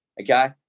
okay